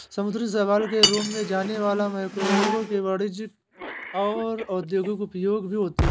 समुद्री शैवाल के रूप में जाने वाला मैक्रोएल्गे के वाणिज्यिक और औद्योगिक उपयोग भी होते हैं